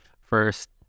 first